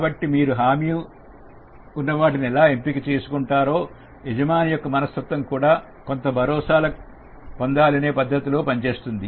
కాబట్టి మీరు హామీ ఉన్నవాటిని ఎలా ఎంపిక చేసుకుంటారు యజమాని యొక్క మనస్తత్వం కూడా కొంత భరోసా పొందాలనుకునే పద్ధతిలో పని చేస్తుంది